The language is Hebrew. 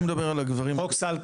הוא מדבר על הגברים --- חוק סל קליטה.